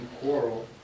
quarrel